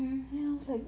mm hmm